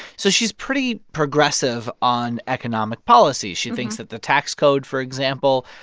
so she's pretty progressive on economic policy. she thinks that the tax code, for example,